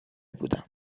بودم